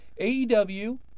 AEW